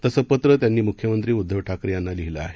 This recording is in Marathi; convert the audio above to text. तसं पत्र त्यांनी मुख्यमंत्री उद्धव ठाकरे यांना लिहिलं आहे